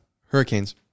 Hurricanes